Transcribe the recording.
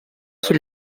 qui